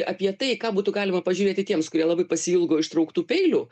apie tai ką būtų galima pažiūrėti tiems kurie labai pasiilgo ištrauktų peilių